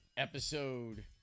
episode